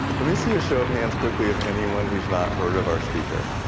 let me see a show of hands quickly of anyone who's not heard of our speaker.